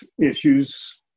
issues